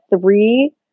three